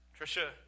Trisha